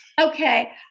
okay